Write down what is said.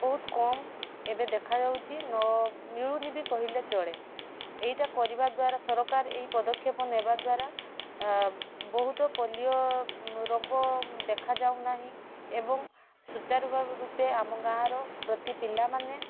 ବହୁତ କମ ଏବେ ଦେଖାଯାଉଛି ନ ମିଳୁନି ବି କହିଲେ ଚଳେ ଏଇଟା କରିବା ଦ୍ବାରା ସରକାର ଏଇ ପଦକ୍ଷେପ ନେବା ଦ୍ବାରା ବହୁତ ପୋଲିଓ ରୋଗ ଦେଖାଯାଉ ନାହିଁ ଏବଂ ସୁଚାରୁ ଭା ରୂପେ ଆମ ଗାଁର ପ୍ରତି ପିଲାମାନେ